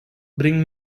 bring